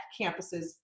campuses